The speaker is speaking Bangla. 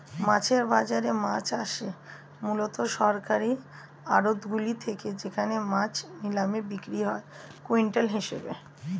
মাছের বাজারে মাছ আসে মূলত সরকারি আড়তগুলি থেকে যেখানে মাছ নিলামে বিক্রি হয় কুইন্টাল হিসেবে